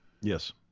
Yes